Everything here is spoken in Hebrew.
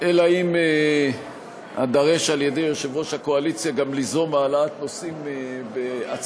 אלא אם כן אדרש על-ידי יושב-ראש הקואליציה גם ליזום העלאת נושאים בעצמי.